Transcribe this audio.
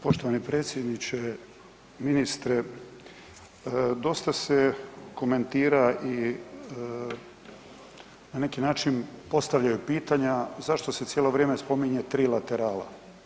Poštovani predsjedniče, ministre, dosta se komentira i na neki način postavljaju pitanja zašto se cijelo vrijeme spominje 3 laterala.